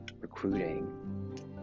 recruiting